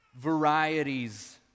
varieties